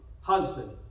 husband